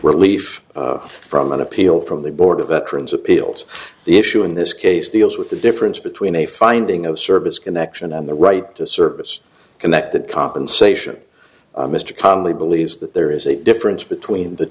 relief from an appeal from the board of veterans appeals the issue in this case deals with the difference between a finding of service connection and the right to service connected compensation mr conley believes that there is a difference between the